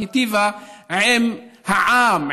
ורק היטיבה עם העם,